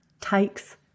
takes